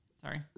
Sorry